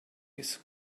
his